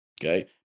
Okay